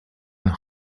the